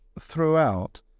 throughout